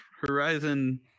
Horizon